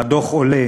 מהדוח עולה